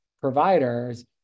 providers